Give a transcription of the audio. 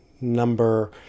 Number